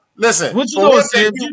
Listen